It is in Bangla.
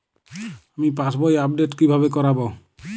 আমি পাসবই আপডেট কিভাবে করাব?